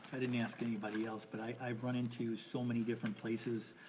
i didn't ask anybody else, but i've run into so many different places.